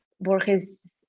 Borges